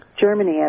Germany